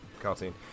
cartoon